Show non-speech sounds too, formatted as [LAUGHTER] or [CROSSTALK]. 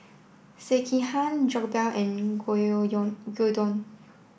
Sekihan Jokbal and [UNINTELLIGIBLE] Gyudon